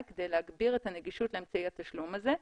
כדי להגביר את הנגישות לאמצעי התשלום הזה.